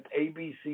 ABC